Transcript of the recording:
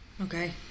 Okay